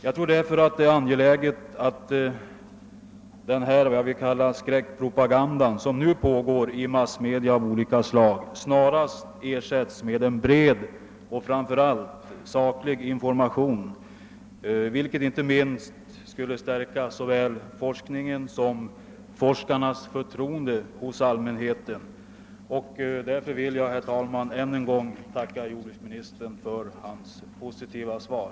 Jag tror att det är angeläget att den skräckpropaganda som således pågår i massmedia av olika slag snarast ersätts med en bred och framför allt saklig information, något som inte minst skulle stärka såväl forskningens som forskarnas förtroende hos allmänheten. Därför vill jag, herr talman, än en gång tacka jordbruksministern för hans positiva svar.